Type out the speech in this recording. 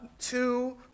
Two